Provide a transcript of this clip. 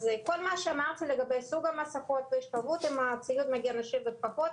אז כל מה שאמרתי לגבי סוג המסיכות והשתלבות עם ציוד מגן אישי וכפפות,